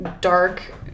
dark